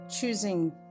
choosing